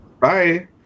Bye